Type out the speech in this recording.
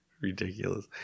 ridiculous